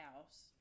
house